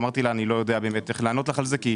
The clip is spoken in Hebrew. ואמרתי לה אני לא יודע באמת איך לענות לך על זה.